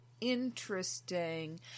interesting